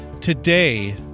Today